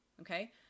okay